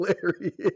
hilarious